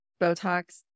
botox